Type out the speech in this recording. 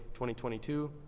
2022